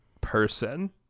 person